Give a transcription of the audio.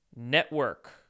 Network